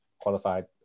qualified